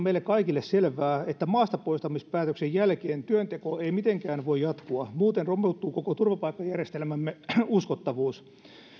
meille kaikille selvää että maastapoistamispäätöksen jälkeen työnteko ei mitenkään voi jatkua muuten romuttuu koko turvapaikkajärjestelmämme uskottavuus